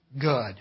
good